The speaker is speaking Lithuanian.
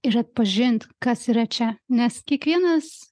ir atpažint kas yra čia nes kiekvienas